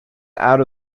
out